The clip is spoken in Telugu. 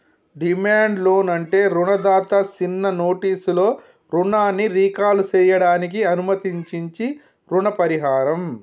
డిమాండ్ లోన్ అంటే రుణదాత సిన్న నోటీసులో రుణాన్ని రీకాల్ సేయడానికి అనుమతించించీ రుణ పరిహారం